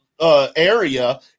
Area